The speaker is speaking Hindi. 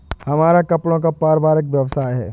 हमारा कपड़ों का पारिवारिक व्यवसाय है